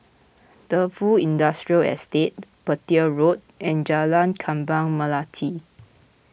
Defu Industrial Estate Petir Road and Jalan Kembang Melati